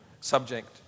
subject